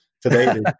Today